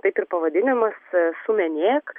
taip ir pavadinimas sumenėk